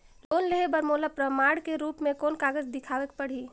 Loan लेहे बर मोला प्रमाण के रूप में कोन कागज दिखावेक पड़ही?